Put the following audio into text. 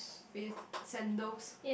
with sandals